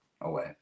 away